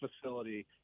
facility